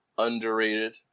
underrated